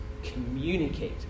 communicate